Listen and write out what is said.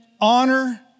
honor